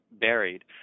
buried